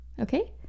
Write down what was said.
Okay